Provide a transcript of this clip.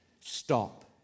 stop